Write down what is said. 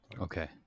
Okay